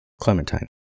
Clementine